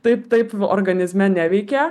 taip taip organizme neveikia